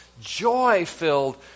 joy-filled